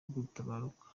gutabaruka